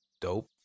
dope